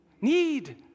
Need